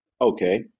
Okay